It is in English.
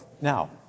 Now